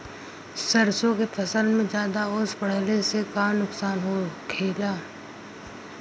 सरसों के फसल मे ज्यादा ओस पड़ले से का नुकसान होला?